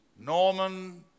Norman